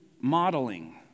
modeling